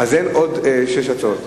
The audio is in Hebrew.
עוד שש הצעות.